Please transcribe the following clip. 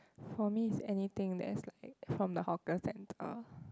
for me is anything less like from the hawker center